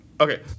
Okay